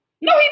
No